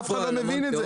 אף אחד לא מבין את זה.